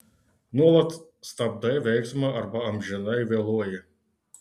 nuolat stabdai veiksmą arba amžinai vėluoji